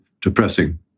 depressing